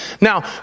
Now